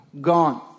gone